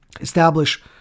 establish